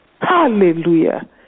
hallelujah